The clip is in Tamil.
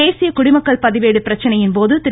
தேசிய குடிமக்கள் பதிவேடு பிரச்சினையின் போது திரு